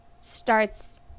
starts